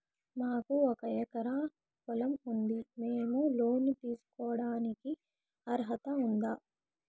మాకు ఒక ఎకరా పొలం ఉంది మేము లోను తీసుకోడానికి అర్హత ఉందా